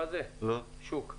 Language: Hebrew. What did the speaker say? שוק.